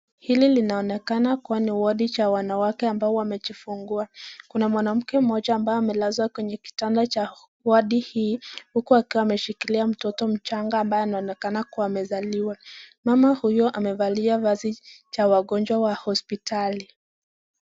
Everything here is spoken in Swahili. Hili linaonekana kuwa ni wadi cha wanawake ambao wamejifungua. Kuna mwanamke mmoja ambaye amelazwa kwenye kitanda cha wadi hii huku akiwa ameshikilia mtoto mchanga anayeonekana kuwa amezaliwa. Mama huyo amevalia vazi cha wagonjwa wa hospitali.